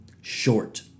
short